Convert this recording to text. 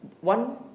One